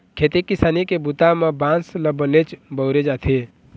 खेती किसानी के बूता म बांस ल बनेच बउरे जाथे